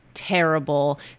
terrible